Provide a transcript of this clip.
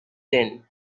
then